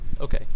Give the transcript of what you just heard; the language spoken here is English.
Okay